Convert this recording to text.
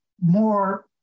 more